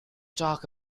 talk